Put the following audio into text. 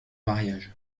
mariage